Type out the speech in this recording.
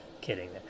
kidding